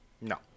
No